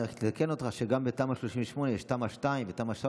אני רק אתקן אותך שגם בתמ"א 38 יש תמ"א 2 ותמ"א 3,